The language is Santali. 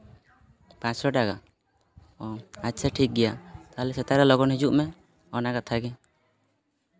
ᱯᱟᱪᱥᱳ ᱴᱟᱠᱟ ᱚᱸᱻ ᱟᱪᱪᱷᱟ ᱴᱷᱤᱠ ᱜᱮᱭᱟ ᱛᱟᱦᱚᱞᱮ ᱥᱮᱛᱟᱜ ᱨᱮ ᱞᱚᱜᱚᱱ ᱦᱤᱡᱩᱜ ᱢᱮ ᱚᱱᱟ ᱠᱟᱛᱷᱟ ᱜᱮ